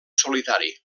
solitari